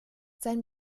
sein